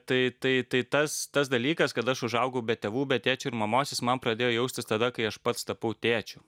tai tai tai tas tas dalykas kad aš užaugau be tėvų be tėčio ir mamos jis man pradėjo jaustis tada kai aš pats tapau tėčiu